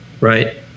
Right